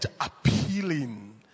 appealing